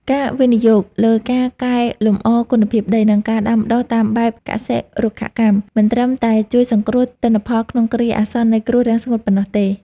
ការវិនិយោគលើការកែលម្អគុណភាពដី និងការដាំដុះតាមបែបកសិ-រុក្ខកម្ម មិនត្រឹមតែជួយសង្គ្រោះទិន្នផលក្នុងគ្រាអាសន្ននៃគ្រោះរាំងស្ងួតប៉ុណ្ណោះទេ។